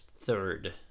third